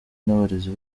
n’abarezi